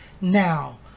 Now